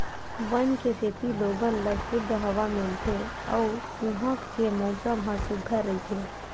वन के सेती लोगन ल सुद्ध हवा मिलथे अउ उहां के मउसम ह सुग्घर रहिथे